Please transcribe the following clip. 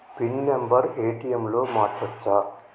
Pin number ATM లో మార్చచ్చా?